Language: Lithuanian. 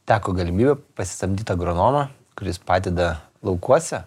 teko galimybė pasisamdyt agronomą kuris padeda laukuose